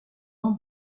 ont